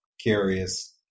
curious